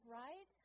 right